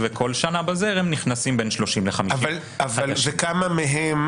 וכל שנה בזרם נכנסים בין 30,000,000 ל-50,000,000 וכמה מהם